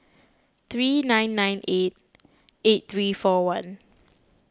three nine nine eight eight three four one